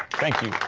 thank you